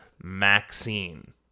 Maxine